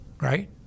Right